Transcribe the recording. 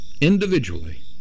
individually